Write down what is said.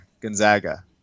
Gonzaga